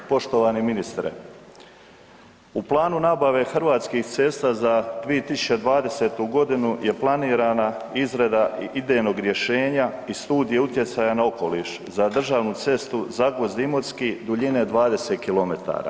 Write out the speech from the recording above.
Poštovani ministre, u planu nabave Hrvatskih cesta za 2020.g. je planirana izrada idejnog rješenja i studije utjecaja na okoliš za državnu cestu Zagvozd-Imotski duljine 20 km.